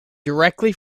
directly